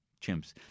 chimps